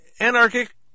anarchic